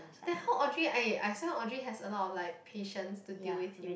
then how Audrey I I swear Audrey has a lot of like patience to deal with him